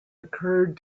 occurred